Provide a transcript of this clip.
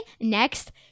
next